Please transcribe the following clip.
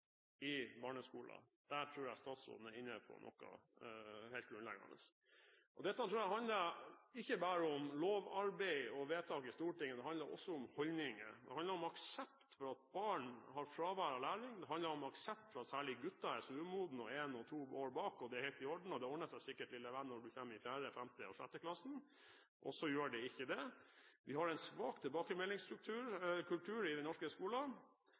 i barneskolen. Der tror jeg statsråden er inne på noe helt grunnleggende. Dette tror jeg ikke bare handler om lovarbeid og vedtak i Stortinget. Det handler også om holdninger – aksept for at barn har fravær av læring. Det handler om aksept for at særlig gutter er så umodne – ett, to, tre år bak, og det er helt i orden og det ordner seg sikkert, lille venn, når du kommer i 4., 5. eller 6. klasse. Og så gjør det ikke det. Vi har en svak tilbakemeldingskultur i den norske skolen,